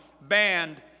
banned